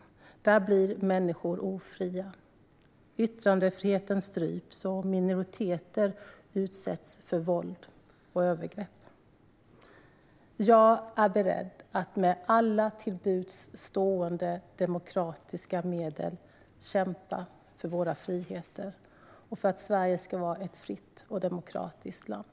Där blir människor ofria, yttrandefrihetens stryps och minoriteter utsätts för våld och övergrepp. Jag är beredd att med alla till buds stående demokratiska medel kämpa för våra friheter och för att Sverige ska vara ett fritt och demokratiskt land.